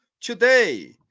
today